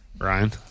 Ryan